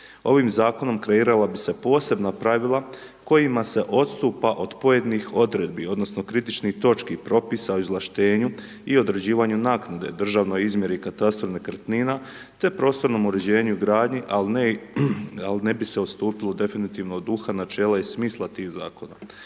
Ovim zakonom kreirala bi se posebna pravila kojima se odstupa od pojedinih odredbi odnosno kritičnih točki propisa o izvlaštenju i određivanju naknade državnoj izmjeri i katastru nekretnina te prostornom uređenju i gradnji al ne i, al ne bi se odstupilo definitivno od duha načela i smisla tih zakona.